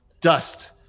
dust